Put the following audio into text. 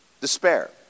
despair